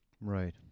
Right